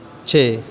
ਛੇ